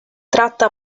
tratta